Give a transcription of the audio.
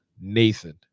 Nathan